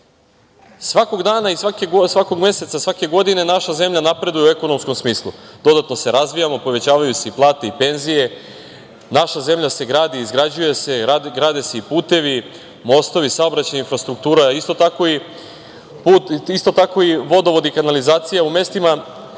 svakog dana i svakog meseca svake godine naša zemlja napreduje u ekonomskom smislu. Dodatno se razvijamo, povećavaju se i plate i penzije. Naša zemlja se gradi i izgrađuje se. Grade se i putevi, mostovi, saobraćajna infrastruktura, isto tako i vodovod i kanalizacija u mestima